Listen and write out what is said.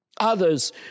Others